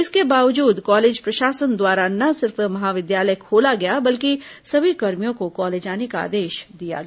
इसके बावजूद कॉलेज प्रशासन द्वारा न सिर्फ महाविद्यालय खोला गया बल्कि सभी कर्मियों को कॉलेज आने का आदेश दिया गया